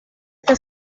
está